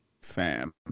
Fam